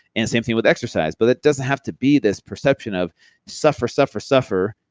and same thing with exercise. but it doesn't have to be this perception of suffer, suffer, suffer,